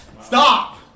Stop